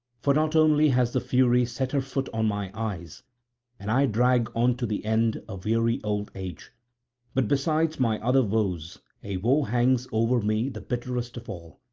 for not only has the fury set her foot on my eyes and i drag on to the end a weary old age but besides my other woes a woe hangs over me the bitterest of all.